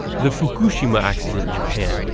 the fukushima accident in japan,